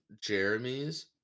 Jeremy's